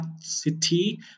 city